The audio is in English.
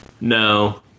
No